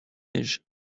neiges